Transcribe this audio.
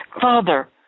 Father